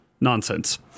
nonsense